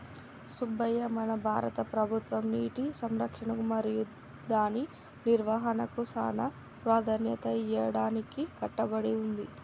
సుబ్బయ్య మన భారత ప్రభుత్వం నీటి సంరక్షణ మరియు దాని నిర్వాహనకు సానా ప్రదాన్యత ఇయ్యడానికి కట్టబడి ఉంది